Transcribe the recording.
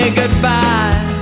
goodbye